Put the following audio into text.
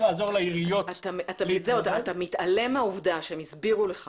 אתה מתעלם מהעובדה שהם הסבירו לך